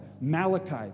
Malachi